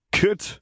Good